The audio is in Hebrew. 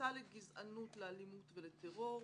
הסתה לגזענות, לאלימות ולטרור,